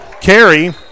carry